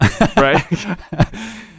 right